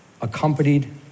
accompanied